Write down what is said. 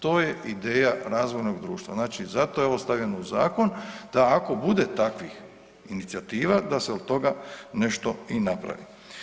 To je ideja razvojnog društva, znači za to je ovo stavljeno u zakon da ako bude takvih inicijativa, da se od toga nešto i napravi.